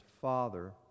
Father